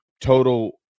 total